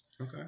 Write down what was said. Okay